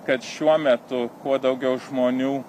kad šiuo metu kuo daugiau žmonių